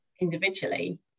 individually